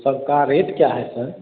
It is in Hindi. सबका रेट क्या है सर